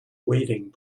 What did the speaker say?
wading